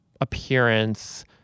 appearance